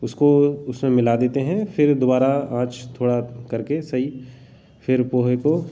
उसको उसमें मिला देते हैं फिर दुबारा आँच थोड़ा करके सही फिर पोहे को